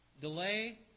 Delay